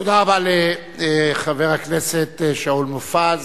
תודה רבה לחבר הכנסת שאול מופז